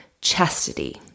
chastity